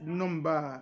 number